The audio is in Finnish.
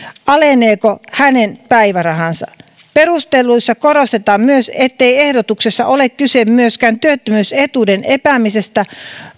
aleneeko hänen päivärahansa perusteluissa korostetaan myös ettei ehdotuksessa ole kyse myöskään työttömyysetuuden epäämisestä